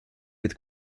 with